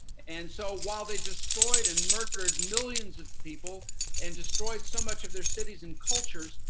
and so while they destroyed and murdered millions of people and destroyed so much of their cities and cultures,